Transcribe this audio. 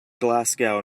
glasgow